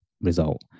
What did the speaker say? result